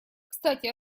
кстати